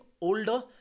older